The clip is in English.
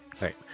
right